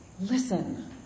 Listen